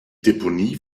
deponie